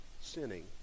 sinning